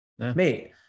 Mate